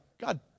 God